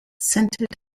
centered